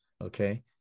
Okay